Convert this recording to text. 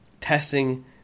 testing